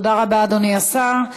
תודה רבה, אדוני השר.